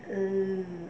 um